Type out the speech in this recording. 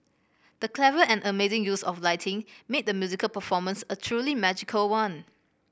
the clever and amazing use of lighting made the musical performance a truly magical one